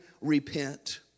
repent